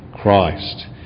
Christ